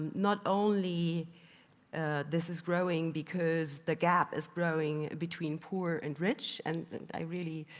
not only this is growing because the gap is growing between poor and rich and i really,